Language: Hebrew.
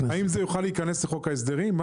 יוכל להיכנס לחוק ההסדרים?